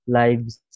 lives